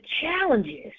challenges